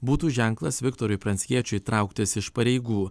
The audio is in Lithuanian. būtų ženklas viktorui pranckiečiui trauktis iš pareigų